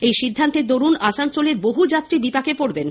এই সিদ্ধান্তের দরুণ আসানসোলের বহুযাত্রী বিপাকে পড়বেন